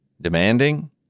demanding